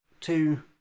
two